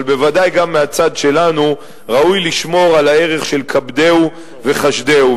אבל בוודאי גם מהצד שלנו ראוי לשמור על הערך של כבדהו וחושדהו.